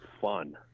fun